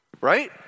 right